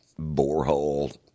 borehole